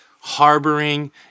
Harboring